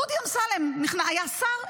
דודי אמסלם היה שר,